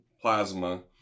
plasma